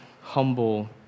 humble